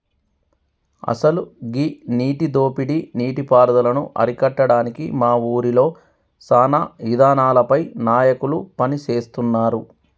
అసలు గీ నీటి దోపిడీ నీటి పారుదలను అరికట్టడానికి మా ఊరిలో సానా ఇదానాలపై నాయకులు పని సేస్తున్నారు